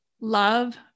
love